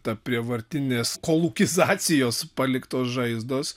ta prievartinės kolūkizacijos paliktos žaizdos